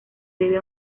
debe